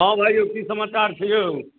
हँ भाइ यौ की समाचार छै यौ